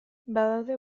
badaude